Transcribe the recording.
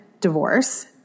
divorce